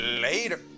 Later